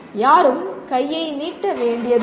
யாரும் கையை நீட்ட வேண்டியதில்லை